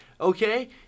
okay